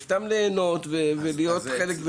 להנות ולהיות חלק.